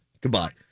Goodbye